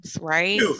right